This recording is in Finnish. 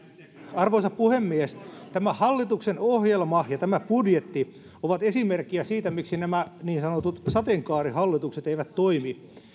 arvoisa puhemies tämä hallituksen ohjelma ja tämä budjetti ovat esimerkkejä siitä miksi nämä niin sanotut sateenkaarihallitukset eivät toimi